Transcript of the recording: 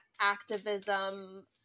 activism